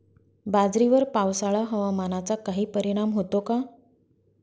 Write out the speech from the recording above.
बाजरीवर पावसाळा हवामानाचा काही परिणाम होतो का?